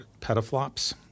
petaflops